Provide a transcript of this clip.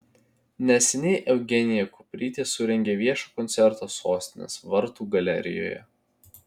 neseniai eugenija kuprytė surengė viešą koncertą sostinės vartų galerijoje